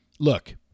Look